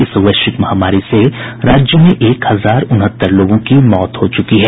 इस वैश्विक महामारी से राज्य में एक हजार उनहत्तर लोगों की मौत हो चुकी है